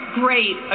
great